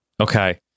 Okay